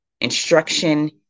instruction